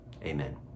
Amen